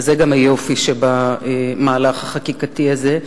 וזה גם היופי שבמהלך החקיקתי הזה,